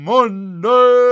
Monday